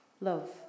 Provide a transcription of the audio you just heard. love